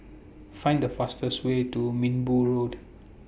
Find The fastest Way to Minbu Road